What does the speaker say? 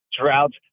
droughts